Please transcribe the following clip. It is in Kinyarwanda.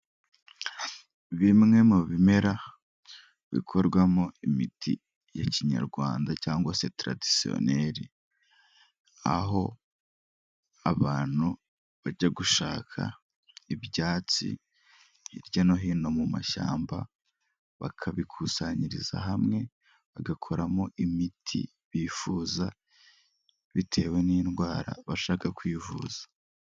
Bimwe mu bimera bikorwamo imiti ya kinyarwanda cyangwa se taradisiyoneri aho abantu bajya gushaka ibyatsi hirya no hino mu mashyamba bakabikusanyiriza hamwe bagakoramo imiti bifuza bitewe n'indwara bashaka kwivuza.